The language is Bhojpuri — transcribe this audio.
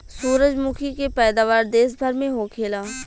सूरजमुखी के पैदावार देश भर में होखेला